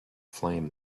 flame